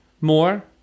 more